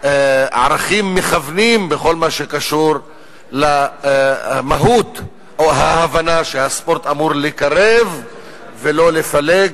ערכים מכוונים בכל מה שקשור למהות או להבנה שהספורט אמור לקרב ולא לפלג.